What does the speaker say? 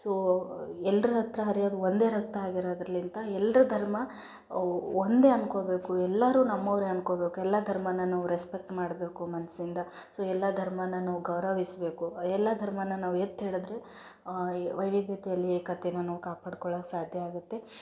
so ಎಲ್ರ ಹತ್ತಿರ ಹರ್ಯೋದ್ ಒಂದೇ ರಕ್ತ ಆಗಿರದ್ರಿಂದ ಎಲ್ರ ಧರ್ಮ ಒಂದೇ ಅಂದ್ಕೋಬೇಕು ಎಲ್ಲರೂ ನಮ್ಮವರೆ ಅನ್ಕೋಬೇಕು ಎಲ್ಲ ಧರ್ಮನ ನಾವು ರೆಸ್ಪೆಕ್ಟ್ ಮಾಡಬೇಕು ಮನಸ್ಸಿಂದ ಸೊ ಎಲ್ಲ ಧರ್ಮನ ನಾವು ಗೌರವಿಸಬೇಕು ಎಲ್ಲ ಧರ್ಮನ ನಾವು ಎತ್ತಿ ಹಿಡಿದ್ರೆ ಈ ವೈವಿಧ್ಯತೆಯಲ್ಲಿ ಏಕತೆನ ನಾವು ಕಾಪಾಡ್ಕೊಳಕ್ಕೆ ಸಾಧ್ಯ ಆಗುತ್ತೆ